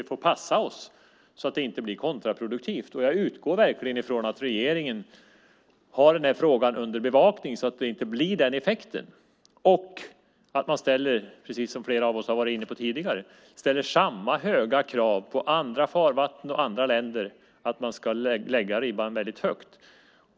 Vi får passa oss så att det inte blir kontraproduktivt. Jag utgår verkligen från att regeringen har frågan under bevakning så att effekten inte blir den och att man ställer, precis som flera har varit inne på tidigare, samma höga krav på andra farvatten och andra länder på att lägga ribban högt.